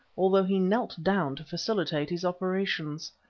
although he knelt down to facilitate his operations.